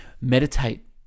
meditate